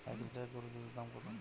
এক লিটার গোরুর দুধের দাম কত?